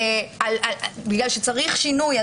בגלל שצריך שינוי,